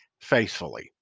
faithfully